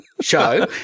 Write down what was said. show